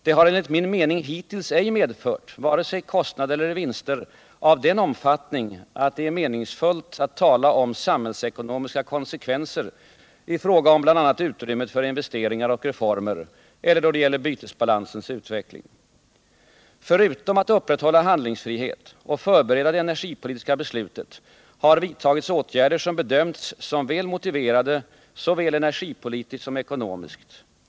De har enligt min mening hittills ej medfört vare sig kostnader eller vinster av den omfattning att det är meningsfullt att tala om samhällsekonomiska konsekvenser i fråga bl.a. om utrymmet för investeringar och reformer eller då det gäller bytesbalansens utveckling. Förutom att upprätthålla handlingsfrihet och förbereda det energipolitiska beslutet har vidtagits åtgärder som bedömts som väl motiverade såväl energipolitiskt som ekonomiskt.